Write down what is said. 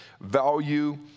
value